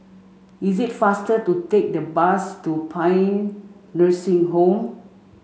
is it faster to take the bus to Paean Nursing Home